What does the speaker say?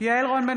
יעל רון בן